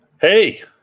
Hey